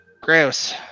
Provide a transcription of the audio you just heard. gross